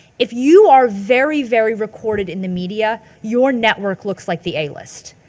if you are very, very recorded in the media you're network looks like the a list.